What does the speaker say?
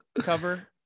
cover